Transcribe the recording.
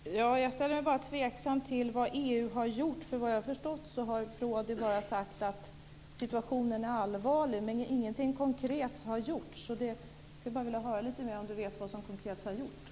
Fru talman! Jag ställer mig frågande till vad EU har gjort. Vad jag har förstått har Prodi bara sagt att situationen är allvarlig, men ingenting konkret har gjorts. Jag skulle vilja höra om utrikesministern vet vad som konkret har gjorts.